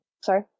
Sorry